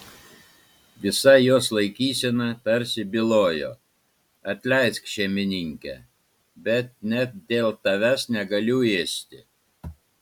visa jos laikysena tarsi bylojo atleisk šeimininke bet net dėl tavęs negaliu ėsti